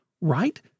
right